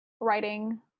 writing